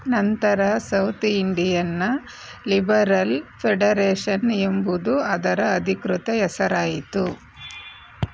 ನಂತರ ಸೌತ್ ಇಂಡಿಯನ್ನ Liberal Federation ಎಂಬುದು ಅದರ ಅಧಿಕೃತ ಹೆಸರಾಯಿತು